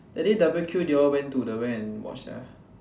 that day W_Q they all went to the where and watch ah